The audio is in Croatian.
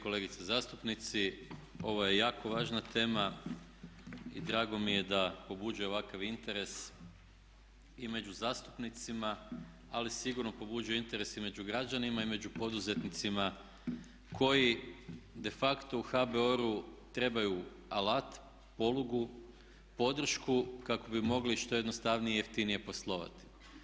Kolege i kolegice zastupnici, ovo je jako važna tema i drago mi je da pobuđuje ovakav interes i među zastupnicima, ali sigurno pobuđuje interes i među građanima i među poduzetnicima koji de facto u HBOR-u trebaju alat, polugu, podršku kako bi mogli što jednostavnije i jeftinije poslovati.